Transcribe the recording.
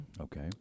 Okay